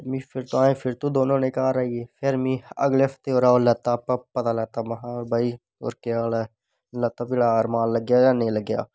ते फिर दोनो जने घर आइये फिर में अगले हफ्ते ओह्दा पता लैत्ता भाई होर केह् हाल ऐ लत्ता पीड़ा रमान लग्गे जां नेंईं लग्गेआ